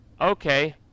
Okay